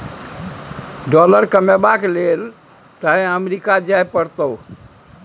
dollar कमेबाक लेल तए अमरीका जाय परतौ